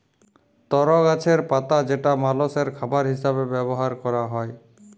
তর গাছের পাতা যেটা মালষের খাবার হিসেবে ব্যবহার ক্যরা হ্যয়